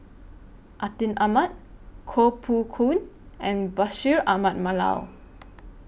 Atin Amat Koh Poh Koon and Bashir Ahmad Mallal